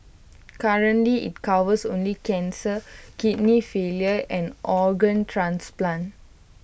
currently IT covers only cancer kidney failure and organ transplant